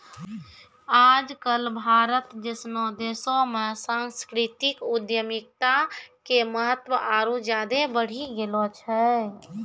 आज कल भारत जैसनो देशो मे सांस्कृतिक उद्यमिता के महत्त्व आरु ज्यादे बढ़ि गेलो छै